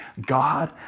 God